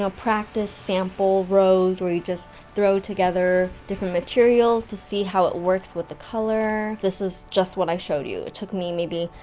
ah practice sample rows, where you throw together different materials, to see how it works with the color, this is just what i showed you, took me maybe.